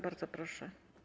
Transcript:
Bardzo proszę.